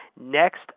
next